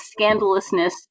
scandalousness